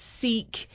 seek